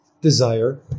desire